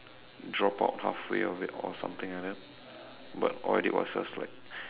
drop out halfway of it or something like that but all I did was just like